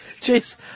Jeez